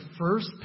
first